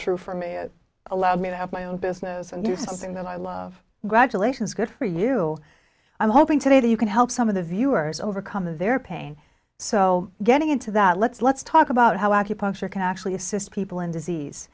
true for me it allowed me to have my own business and do something that i love graduations good for you i'm hoping today that you can help some of the viewers overcome their pain so getting into that let's let's talk about how acupuncture can actually assist people in disease